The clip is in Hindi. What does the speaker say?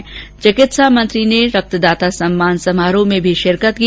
इसके बाद चिकित्सा मंत्री ने रक्तदाता सम्मान समारोह में शिरकत की